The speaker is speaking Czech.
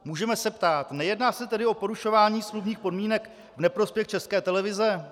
Můžeme se ptát: Nejedná se tedy o porušování smluvních podmínek v neprospěch České televize?